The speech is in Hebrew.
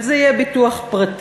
אבל זה יהיה ביטוח פרטי,